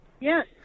Yes